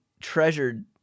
treasured